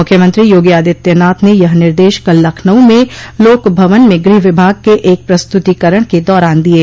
मुख्यमंत्री योगी आदित्यनाथ ने यह निर्देश कल लखनऊ में लोक भवन में गृह विभाग के एक प्रस्तुतीकरण के दौरान दिये